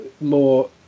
more